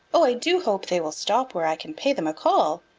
oh, i do hope they will stop where i can pay them a call.